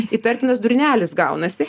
įtartinas durnelis gaunasi